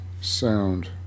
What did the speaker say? sound